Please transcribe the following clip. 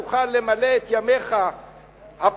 תוכל למלא את ימיך הפוליטיים,